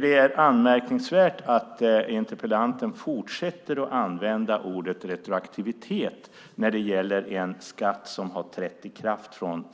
Det är anmärkningsvärt att interpellanten fortsätter att använda ordet retroaktivitet när det gäller en skatt som trädde i kraft den